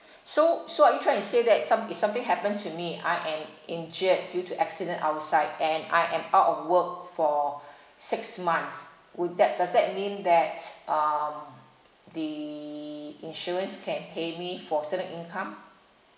so so are you trying to say that some if something happen to me I am injured due to accident outside and I am out of work for six months would that does that mean that um the insurance can pay me for certain income